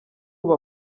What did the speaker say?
ubu